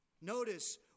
Notice